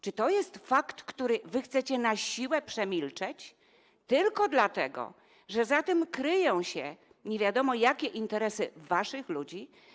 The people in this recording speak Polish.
Czy to jest fakt, który wy chcecie na siłę przemilczeć tylko dlatego, że za tym kryją się nie wiadomo jakie interesy waszych ludzi?